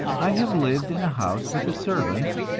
i have lived in a house with a servant,